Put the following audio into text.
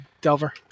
Delver